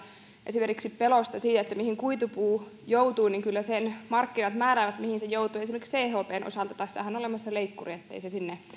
esimerkiksi pelkoon siitä mihin kuitupuu joutuu että kyllä sen markkinat määräävät mihin se joutuu esimerkiksi chpn osalta tässähän on olemassa leikkuri ettei se sinne